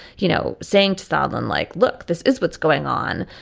you know, saying to stalin, like, look, this is what's going on.